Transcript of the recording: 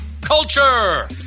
Culture